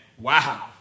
wow